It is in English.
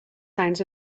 signs